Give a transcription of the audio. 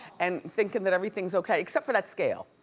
and thinkin' that everything's okay, except for that scale?